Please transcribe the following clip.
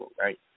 right